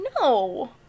No